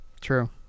True